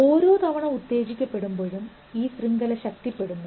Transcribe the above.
ഓരോ തവണ ഉത്തേജിക്കപ്പെടുമ്പോഴും ഈ ശൃംഖല ശക്തിപ്പെടുന്നു